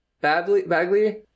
Bagley